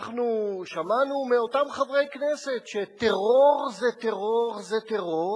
אנחנו שמענו מאותם חברי כנסת שטרור זה טרור זה טרור,